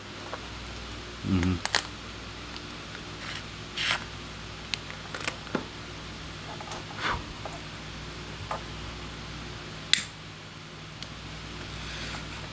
mmhmm